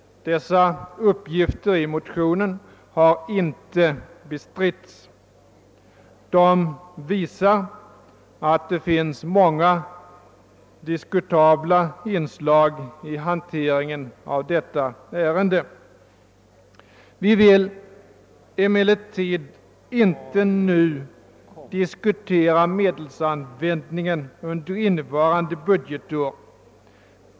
Dessa uppgifter i motionen har inte bestritts. De visar att det finns många diskutabla inslag i hanteringen av detta ärende. Vi vill emellertid inte nu diskutera medelsanvändningen under innevarande budgetår.